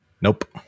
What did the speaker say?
Nope